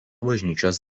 bažnyčios